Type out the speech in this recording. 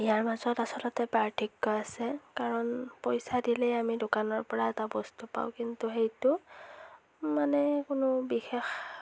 ইয়াৰ মাজত আচলতে পাৰ্থক্য আছে কাৰণ পইচা দিলেই আমি দোকানৰ পৰা এটা বস্তু পাওঁ কিন্তু সেইটো মানে কোনো বিশেষ